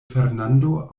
fernando